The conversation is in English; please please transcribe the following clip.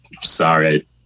sorry